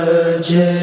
Virgin